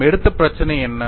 நாம் எடுத்த பிரச்சனை என்ன